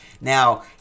Now